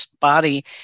body